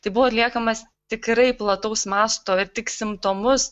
tai buvo atliekamas tikrai plataus masto ir tik simptomus